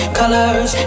colors